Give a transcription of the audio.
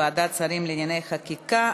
ועדת שרים לענייני חקיקה),